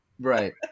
Right